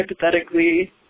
hypothetically